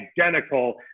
identical